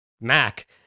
Mac